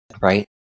right